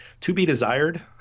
to-be-desired